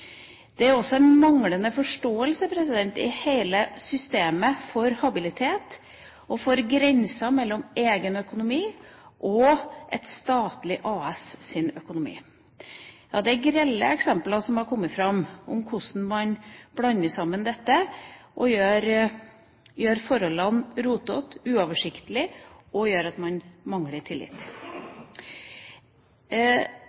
Det er også en manglende forståelse i hele systemet for habilitet og for grenser mellom egen økonomi og økonomien til et statlig AS. Ja, det er grelle eksempler som har kommet fram, om hvordan man blander sammen dette og gjør forholdene rotete, uoversiktlige og det fører til at man mangler tillit.